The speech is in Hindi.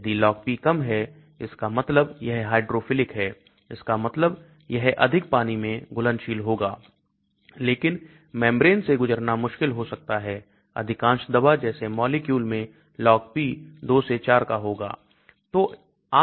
यदि LogP कम है इसका मतलब यह हाइड्रोफिलिक है इसका मतलब यह अधिक पानी में घुलनशील होगा लेकिन membrane से गुजरना मुश्किल हो सकता है अधिकांश दवा जैसे मॉलिक्यूल में LogP 2 से 4 का होगा